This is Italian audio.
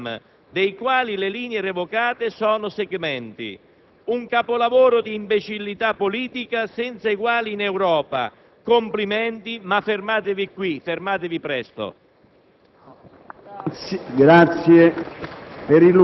Lisbona-Kiev e Genova-Rotterdam, dei quali le linee revocate sono segmenti. Un capolavoro di imbecillità politica senza eguali in Europa. Complimenti, ma fermatevi qui e fermatevi presto!